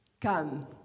come